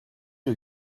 you